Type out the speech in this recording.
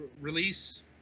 release